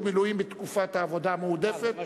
מילואים בתקופת העבודה המועדפת) אה,